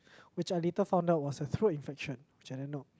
which I later found out was a throat infection which I didn't know